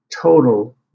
total